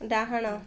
ଡାହାଣ